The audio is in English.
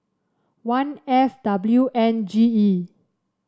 one F W N G E